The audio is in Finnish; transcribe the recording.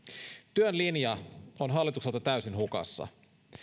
työn linja on hallitukselta täysin hukassa